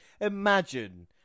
Imagine